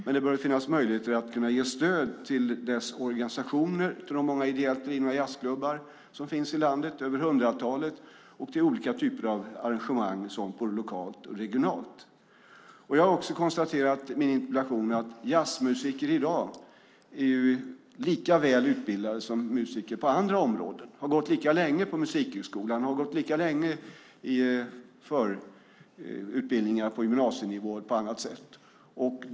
Men det bör finnas möjligheter att ge stöd till dess organisationer och de många ideellt drivna jazzklubbar som finns i landet - över hundratalet - och till olika typer av arrangemang både lokalt och regionalt. Jag har också konstaterat i min interpellation att jazzmusiker i dag är lika väl utbildade som musiker på andra områden. De har gått lika länge på Musikhögskolan. De har gått lika länge i förutbildningar på gymnasienivå eller på annat sätt.